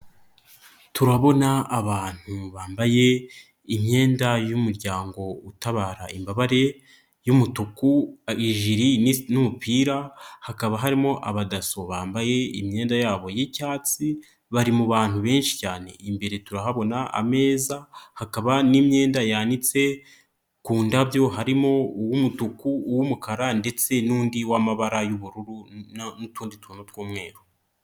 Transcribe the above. Turabona abantu bambaye imyenda y'umuryango utabara imbabare y'umutuku, ijiri n'umupira, hakaba harimo Abadaso bambaye imyenda yabo y'icyatsi bari mu bantu benshi cyane, imbere turahabona ameza, hakaba n'imyenda yanitse ku ndabyo harimo uw'umutuku, uw'umukara ndetse n'undi wamabara y'ubururu n'utundi tuntu tw'umweru.